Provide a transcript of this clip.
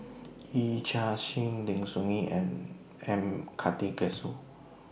Yee Chia Hsing Lim Soo Ngee and M Karthigesu